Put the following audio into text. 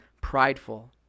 prideful